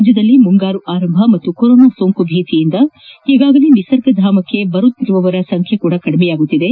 ರಾಜ್ಯದಲ್ಲಿ ಮುಂಗಾರು ಆರಂಭ ಹಾಗೂ ಕೊರೊನಾ ಸೋಂಕು ಭೀತಿಯಿಂದ ಈಗಾಗಲೇ ನಿಸರ್ಗಧಾಮಕ್ಕೆ ಆಗಮಿಸುತ್ತಿರುವವರ ಸಂಬ್ದೆಯೂ ಕಡಿಮೆಯಾಗುತ್ತಿದೆ